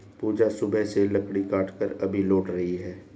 पूजा सुबह से लकड़ी काटकर अभी लौट रही है